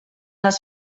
les